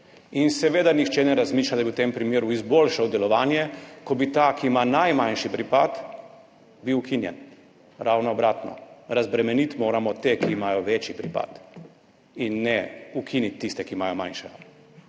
In seveda nihče ne razmišlja, da bi izboljšal delovanje, če bi bil ta, ki ima najmanjši pripad, ukinjen. Ravno obratno, razbremeniti moramo te, ki imajo večji pripad, in ne ukiniti tiste, ki imajo manjšega.